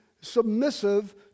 submissive